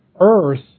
Earth